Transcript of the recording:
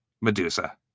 Medusa